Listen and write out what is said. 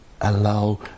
allow